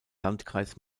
landkreis